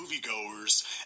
moviegoers